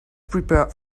prepare